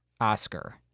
Oscar